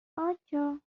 ocho